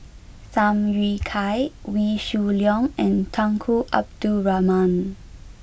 Tham Yui Kai Wee Shoo Leong and Tunku Abdul Rahman